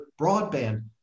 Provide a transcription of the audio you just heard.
broadband